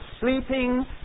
sleeping